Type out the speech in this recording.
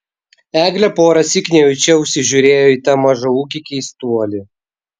eglė porąsyk nejučia užsižiūrėjo į tą mažaūgį keistuolį